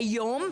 היום,